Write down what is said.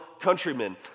countrymen